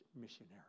missionary